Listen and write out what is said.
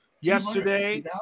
yesterday